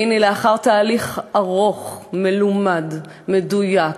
והנה, לאחר תהליך ארוך, מלומד, מדויק,